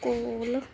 ਕੋਲ